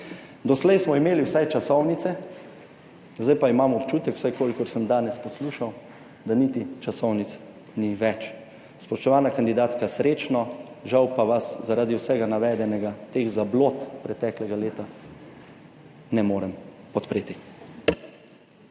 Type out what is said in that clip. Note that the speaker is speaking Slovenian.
Doslej smo imeli vsaj časovnice, zdaj pa imam občutek, vsaj kolikor sem danes poslušal, da niti časovnic ni več. Spoštovana kandidatka, srečno, žal pa vas zaradi vsega navedenega teh zablod preteklega leta ne morem podpreti.